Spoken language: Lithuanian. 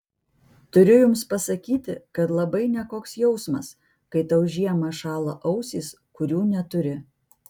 turiu jums pasakyti kad labai nekoks jausmas kai tau žiemą šąla ausys kurių neturi